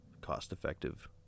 cost-effective